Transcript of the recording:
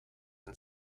and